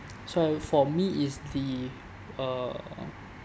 so for me is the uh